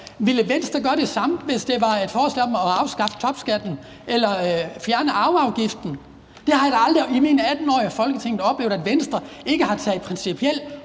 Ville Venstre gøre det samme, hvis det var et forslag om at afskaffe topskatten eller fjerne arveafgiften? Jeg har da aldrig i mine 18 år i Folketinget oplevet, at Venstre ikke principielt